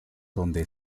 donde